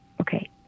okay